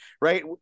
right